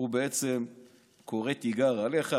בעצם קורא תיגר עליך.